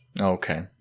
okay